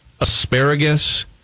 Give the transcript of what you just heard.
asparagus